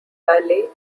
ballet